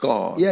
God